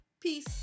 Peace